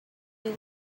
you